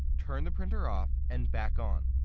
turn the printer off and back on